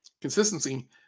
consistency